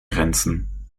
grenzen